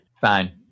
Fine